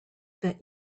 that